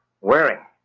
Waring